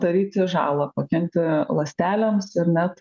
daryti žalą pakenkti ląstelėms ir net